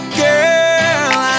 girl